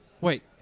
Wait